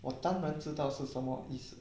我当然知道是什么意思